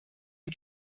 ihr